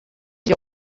iryo